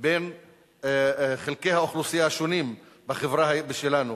בין חלקי האוכלוסייה השונים בחברה שלנו.